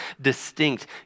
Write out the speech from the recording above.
distinct